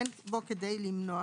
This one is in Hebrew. אין בו כדי למנוע